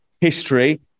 history